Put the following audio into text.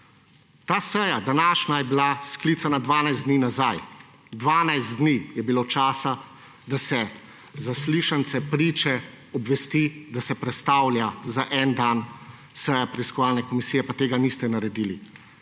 Ta današnja seja je bila sklicana dvanajst dni nazaj. Dvanajst dni je bilo časa, da se zaslišance, priče obvesti, da se prestavlja za en dan seja preiskovalne komisije, pa tega niste naredili.